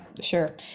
sure